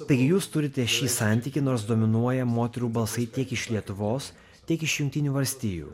taigi jūs turite šį santykį nors dominuoja moterų balsai tiek iš lietuvos tiek iš jungtinių valstijų